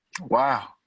wow